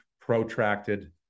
protracted